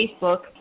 Facebook